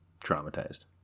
traumatized